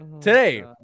today